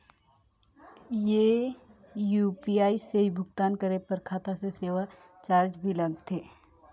ये यू.पी.आई से भुगतान करे पर खाता से सेवा चार्ज भी लगथे?